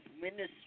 Minister